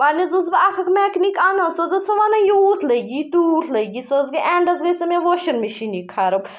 وۄنۍ حظ ٲسٕس بہٕ اَکھ اَکھ میٚکنِک اَنان سُہ حظ ٲسُم وَنان یوٗت لٔگی تہٕ تیوٗت لٔگی سُہ حظ گٔیٚے اٮ۪نٛڈَس گٔیٚے سۄ مےٚ واشنٛگ مِشیٖنٕے خراب